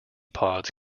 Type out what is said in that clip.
pods